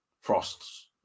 frosts